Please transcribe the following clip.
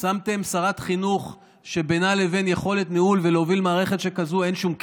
שמתם שרת חינוך שבינה לבין יכולת לנהל ולהוביל מערכת שכזו אין שום קשר.